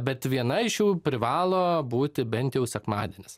bet viena iš jų privalo būti bent jau sekmadienis